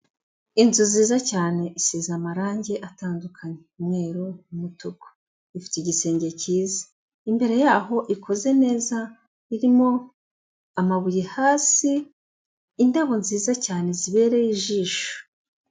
Inzu nziza cyane isize amarangi atandukanye, umweru ,umutuku, ifite igisenge cyiza, imbere yaho ikoze neza, irimo amabuye hasi, indabo nziza cyane zibereye ijisho.